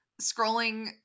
scrolling